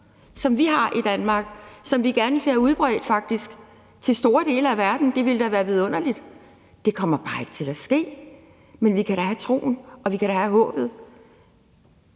som vi har i Danmark, og som vi gerne ser udbredt, faktisk til store dele af verden. Det ville da være vidunderligt. Det kommer bare ikke til at ske. Men vi kan da have troen, og vi kan have håbet.